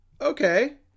okay